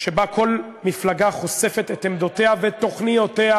שבה כל מפלגה חושפת את עמדותיה ותוכניותיה,